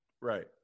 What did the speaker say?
Right